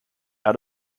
out